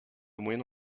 moyenne